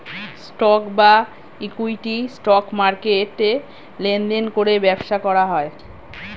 stock বা equity, stock মার্কেটে লেনদেন করে ব্যবসা করা হয়